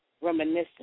reminiscing